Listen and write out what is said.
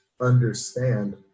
understand